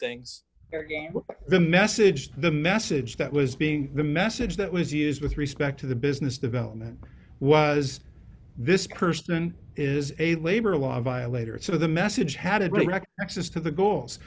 the message the message that was being the message that was used with respect to the business development was this person is a labor law violator so the message had wrecked access to the goals